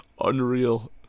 unreal